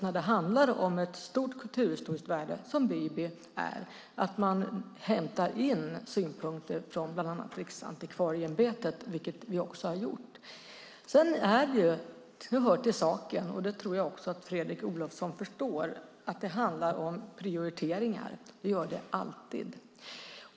När det handlar om ett stort kulturhistoriskt värde, som Biby, är det givet att man hämtar in synpunkter från bland annat Riksantikvarieämbetet, vilket vi också har gjort. Det hör till saken - det tror jag att Fredrik Olovsson förstår - att det handlar om prioriteringar. Det gör det alltid.